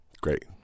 Great